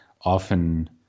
often